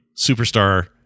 Superstar